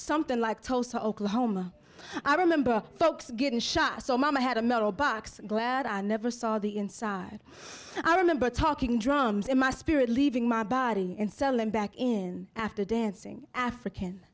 something like toast to oklahoma i remember folks getting shot so mama had a metal box glad i never saw the inside i remember talking drums in my spirit leaving my body and sellin back in after dancing african